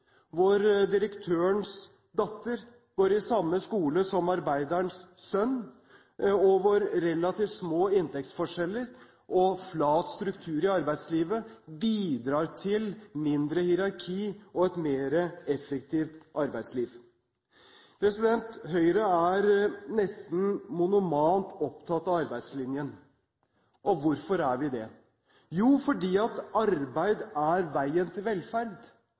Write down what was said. hvor direktørens datter går på samme skole som arbeiderens sønn, og hvor relativt små inntektsforskjeller og flat struktur i arbeidslivet bidrar til mindre hierarki og et mer effektivt arbeidsliv. Høyre er nesten monomant opptatt av arbeidslinjen. Og hvorfor er vi det? Jo, fordi arbeid er veien til velferd,